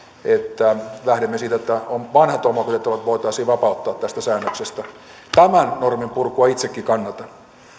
että lähdemme siitä että vanhat omakotitalot voitaisiin vapauttaa tästä säännöksestä tämän normin purkua itsekin kannatan